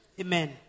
Amen